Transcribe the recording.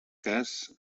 cas